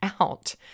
out